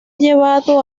llevado